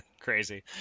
Crazy